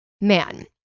man